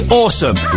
awesome